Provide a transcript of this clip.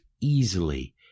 easily